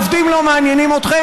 העובדים לא מעניינים אתכם?